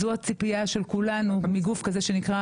זו הציפייה של כולנו מגוף כזה שנקרא